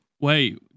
Wait